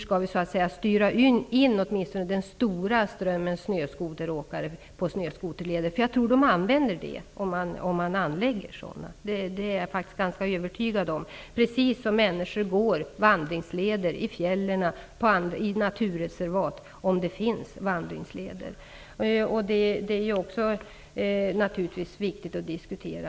Det är en fördel om åtminstone den stora strömmen av snöskoteråkare styrs in på snöskoterleder. Jag är ganska övertygad om att de kommer att använda snöskoterleder om man anlägger sådana, på samma sätt som människor i fjällområden och i naturreservat använder vandringsleder, om det finns sådana. Den typen av styrning är viktig att diskutera.